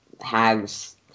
hags